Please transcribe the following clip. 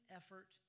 effort